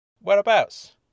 Whereabouts